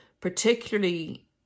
particularly